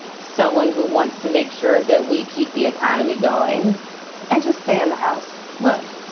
someone who wants to make sure that we keep the economy going and just stay in the house. look,